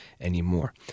anymore